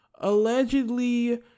Allegedly